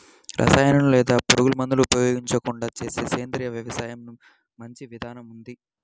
రసాయనాలు లేదా పురుగుమందులు ఉపయోగించకుండా చేసే సేంద్రియ వ్యవసాయం మంచి విధానం